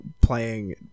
playing